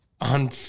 on